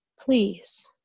Please